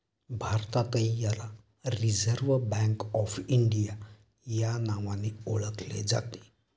भारतातही याला reserve bank of India या नावाने ओळखले जाते